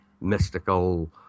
mystical